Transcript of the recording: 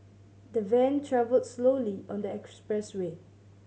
the van travelled slowly on the expressway